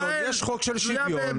אתה מסתכל על הדברים בצורה נורא צרה.